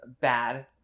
bad